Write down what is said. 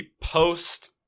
post